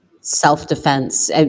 self-defense